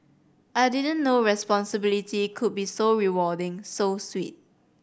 I didn't know responsibility could be so rewarding so sweet